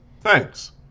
Thanks